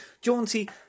jaunty